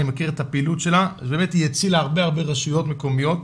אני מכיר את הפעילות שלה ובאמת היא הצילה הרבה רשויות מקומיות.